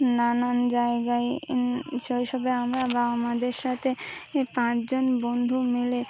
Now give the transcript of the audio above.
নানান জায়গায় সেইসবে আমরা বা আমাদের সাথে পাঁচজন বন্ধু মিলে